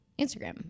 Instagram